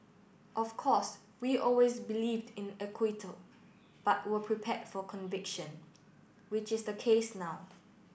of course we always believed in acquittal but were prepared for conviction which is the case now